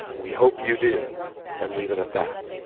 we hope you do and leave it at that.